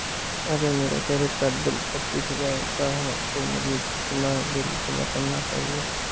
अगर मेरा credit card bill पच्चीस हजार का है तो मुझे कितना बिल जमा करना चाहिए?